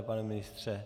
Pane ministře?